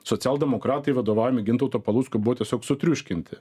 socialdemokratai vadovaujami gintauto palucko buvo tiesiog sutriuškinti